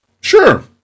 Sure